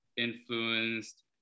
influenced